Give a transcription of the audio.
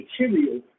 material